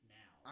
now